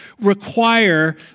require